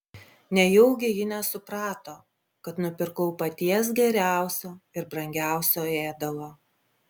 nejaugi ji nesuprato kad nupirkau paties geriausio ir brangiausio ėdalo